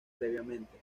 previamente